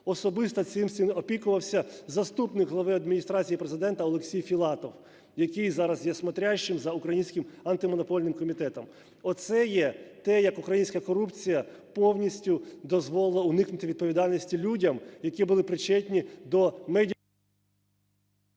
Особисто цим всім опікувався заступник глави Адміністрації Президента Олексій Філатов, який зараз є "смотрящим" за українським Антимонопольним комітетом. Оце є те, як українська корупція повністю дозволила уникнути відповідальності людям, які були причетні до… ГОЛОВУЮЧИЙ. 30 секунд